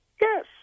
Yes